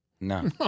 No